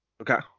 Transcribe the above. Okay